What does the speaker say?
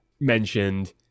mentioned